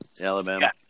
Alabama